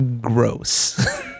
gross